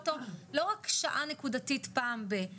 אותו לא רק שעה נקודתית פעם בכמה זמן,